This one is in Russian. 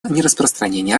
нераспространения